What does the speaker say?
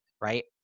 right